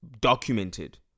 documented